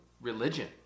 religion